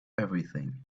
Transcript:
everything